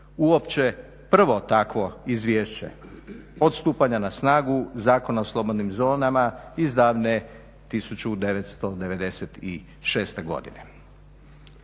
uopće prvo takvo izvješće od stupanja na snagu Zakona o slobodnim zonama iz davne 1996.godine.